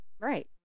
Right